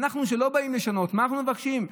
אנחנו, שלא באים לשנות, מה אנחנו מבקשים?